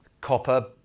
copper